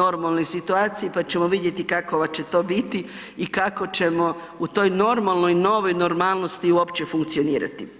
normalnoj situaciji pa ćemo vidjeti kakova će to biti i kako ćemo u toj normalnoj, novoj normalnosti uopće funkcionirati.